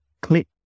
click